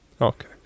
Okay